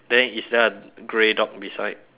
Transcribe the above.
then is there a grey dog beside